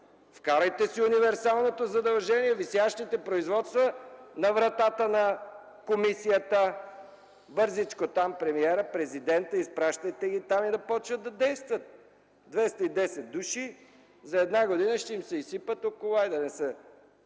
Вкарайте си универсалното задължение – висящите производства на вратата на комисията. Бързичко, президента, премиера, изпращайте ги и да започнат да действат. На 210 души за една година ще им се изсипят – хайде да не ги